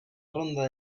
ronda